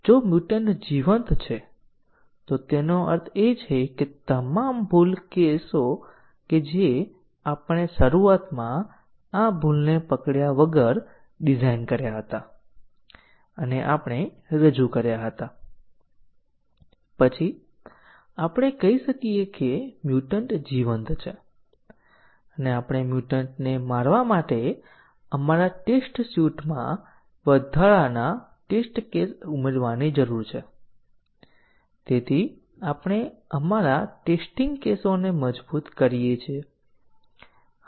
આ પ્રશ્નનો જવાબ આપવા માટે કવરેજ આધારિત ટેસ્ટીંગ અનિવાર્યપણે ટેસ્ટીંગ એક્ઝેક્યુશન ચોક્કસ પ્રોગ્રામ તત્વોને આવરી લે છે અથવા અમુક પ્રોગ્રામ તત્વોને એક્ઝેક્યુટ કરે છે અને પ્રોગ્રામ એલિમેન્ટ્સ જેને આપણે ધ્યાનમાં લઈએ છીએ તે સ્ટેટમેન્ટો હોઈ શકે છે શરતો હોઈ શકે છે કોમ્પોનન્ટ શરતો હોઈ શકે છે પાથ હોઈ શકે છે